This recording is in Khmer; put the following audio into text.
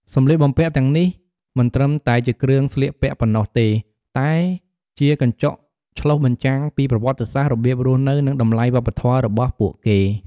សម្លៀកបំពាក់ទាំងនេះមិនត្រឹមតែជាគ្រឿងស្លៀកពាក់ប៉ុណ្ណោះទេ តែជាកញ្ចក់ឆ្លុះបញ្ចាំងពីប្រវត្តិសាស្ត្រ របៀបរស់នៅ និងតម្លៃវប្បធម៌របស់ពួកគេ។